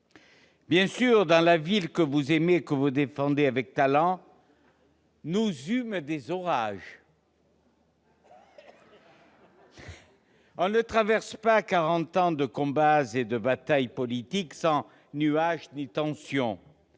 Bien sûr, dans la ville que vous aimez et défendez avec talent, nous eûmes des orages ! On ne traverse pas quarante ans de combats et de batailles politiques sans nuages ni tensions.